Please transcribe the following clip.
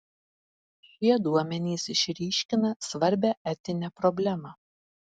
šie duomenys išryškina svarbią etinę problemą